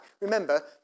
Remember